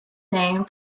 name